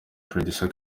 producer